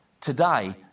Today